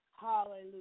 Hallelujah